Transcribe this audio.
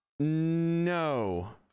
No